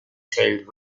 tailed